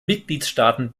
mitgliedstaaten